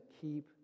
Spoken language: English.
keep